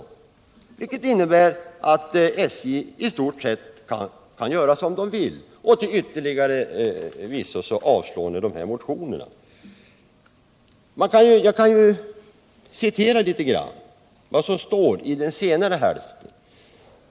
Och det innebär att man i SJ i stort sett kan göra som man vill. Till yttermera visso avstyrker ni sedan också motionerna. Jag vill citera något av vad som står i den senare hälften.